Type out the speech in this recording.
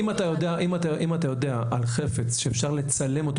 אם אתה יודע על חפץ שאפשר לצלם אותו